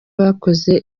bakoze